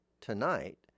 tonight